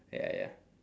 ya ya